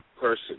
person